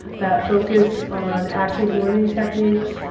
that focused on active learning techniques,